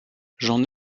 j’en